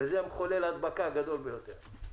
כשזה מחולל ההדבקה הגדול ביותר.